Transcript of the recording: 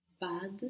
Bad